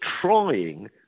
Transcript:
trying